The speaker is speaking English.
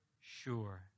sure